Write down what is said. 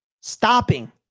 stopping